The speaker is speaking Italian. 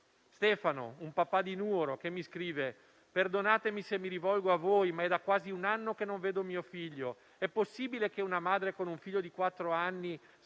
Stefano, un papà di Nuoro, che mi scrive: «Perdonatemi se mi rivolgo a voi, ma è da quasi un anno che non vedo mio figlio. È possibile che una madre con un figlio di quattro anni